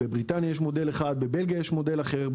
בבריטניה יש מודל אחד, בבלגיה יש מודל אחר.